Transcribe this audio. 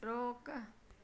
रोक